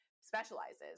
specializes